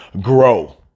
grow